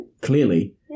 Clearly